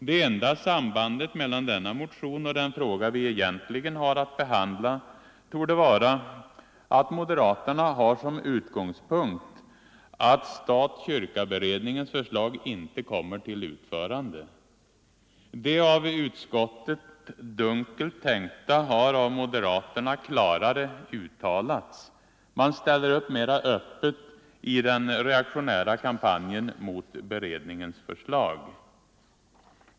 Det enda sambandet mellan denna motion och den fråga vi egentligen har att behandla torde vara att moderaterna har som utgångspunkt att stat-kyrka-beredningens förslag inte kommer till utförande. Det av utskottet dunkelt tänkta har av moderaterna klarare uttalats. Man ställer upp mera öppet i den reaktionära kampanjen mot beredningens förslag.